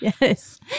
Yes